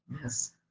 Yes